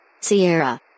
Sierra